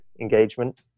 engagement